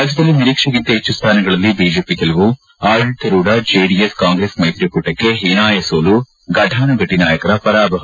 ರಾಜ್ವದಲ್ಲಿ ನಿರೀಕ್ಷೆಗಿಂತ ಹೆಚ್ಚು ಸ್ಥಾನಗಳಲ್ಲಿ ಬಿಜೆಪಿ ಗೆಲುವು ಆಡಳಿತಾರೂಢ ಮೈತ್ರಿಕೂಟಕ್ಕೆ ಹೀನಾಯ ಸೋಲು ಘಟಾನುಘಟಿ ನಾಯಕರ ಪರಾಭವ